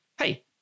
Hey